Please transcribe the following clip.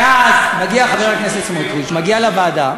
ואז מגיע חבר הכנסת סמוטריץ, מגיע לוועדה,